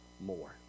more